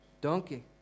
donkey